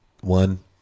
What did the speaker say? One